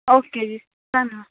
okay ਜੀ ਧੰਨਵਾਦ